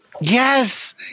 yes